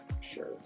sure